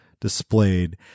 displayed